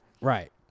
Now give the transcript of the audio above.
Right